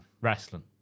Wrestling